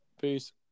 peace